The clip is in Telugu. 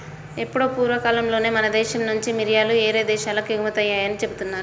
ఎప్పుడో పూర్వకాలంలోనే మన దేశం నుంచి మిరియాలు యేరే దేశాలకు ఎగుమతయ్యాయని జెబుతున్నారు